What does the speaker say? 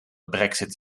brexit